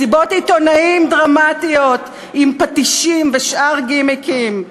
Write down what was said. מסיבות עיתונאים דרמטיות עם פטישים ושאר גימיקים,